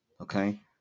okay